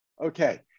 Okay